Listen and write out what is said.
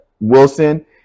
Wilson